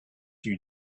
you